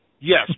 Yes